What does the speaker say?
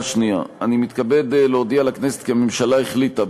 שנייה: אני מתכבד להודיע לכנסת כי הממשלה החליטה,